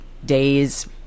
days